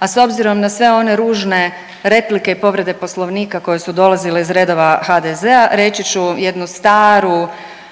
A s obzirom na sve one ružne replike i povrede poslovnika koje su dolazile iz redova HDZ-a reći ću jednu staru